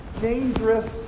dangerous